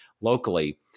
locally